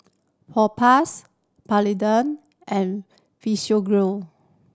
Propass Polident and Physiogel